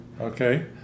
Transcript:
okay